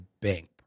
bank